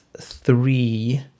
three